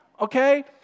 okay